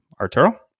Arturo